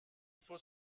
faut